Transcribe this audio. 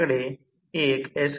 5 आहे हे 13800 आहे हे 43